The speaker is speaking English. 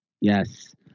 Yes